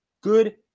good